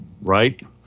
right